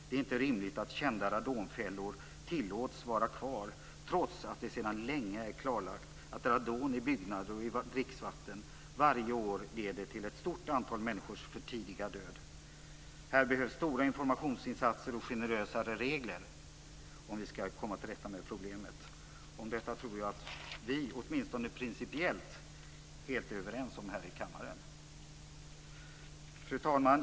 Det är inte rimligt att kända radonfällor tillåts vara kvar, trots att det sedan länge är klarlagt att radon i byggnader och i dricksvatten varje år leder till ett stort antal människors för tidiga död. Här behövs det stora informationsinsatser och generösare regler för att vi skall kunna komma till rätta med problemet. Detta tror jag att vi i denna kammare, åtminstone principiellt, är helt överens om. Fru talman!